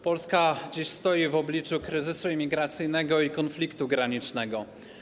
Polska dziś stoi w obliczu kryzysu imigracyjnego i konfliktu granicznego.